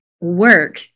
work